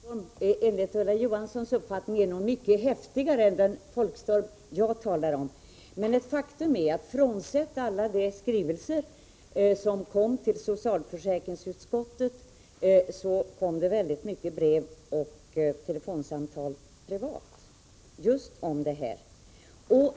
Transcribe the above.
Herr talman! Det kan tänkas att folkstorm enligt Ulla Johansson är något mycket häftigare än den jag talar om. Men faktum är att frånsett alla de skrivelser som kom till socialförsäkringsutskottet fick jag väldigt många brev och telefonsamtal privat just om detta.